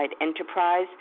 enterprise